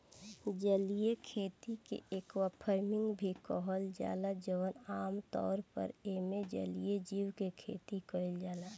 जलीय खेती के एक्वाफार्मिंग भी कहल जाला जवन आमतौर पर एइमे जलीय जीव के खेती कईल जाता